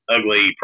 ugly